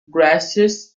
grasses